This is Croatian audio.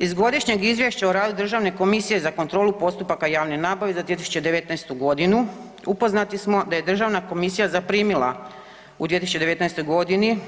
Iz Godišnjeg izvješća o radu Državne komisije za kontrolu postupaka javne nabave za 2019. godinu upoznati smo da je Državna komisija zaprimila u 2019. godini